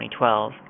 2012